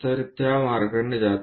तर त्या मार्गाने येते